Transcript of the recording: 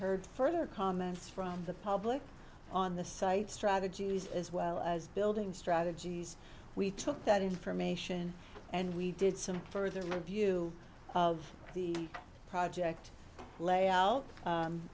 heard further comments from the public on the site strategies as well as building strategies we took that information and we did some further review of the project layout